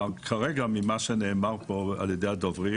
כרגע, ממה שנאמר פה על ידי הדוברים